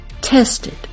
tested